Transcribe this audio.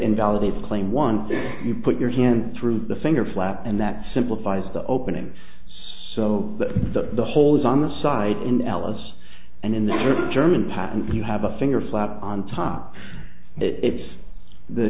invalidates claim once you put your hand through the finger flap and that simplifies the opening so that the the hole is on the side in alice and in the german patent if you have a finger flat on top it's the